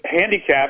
handicapped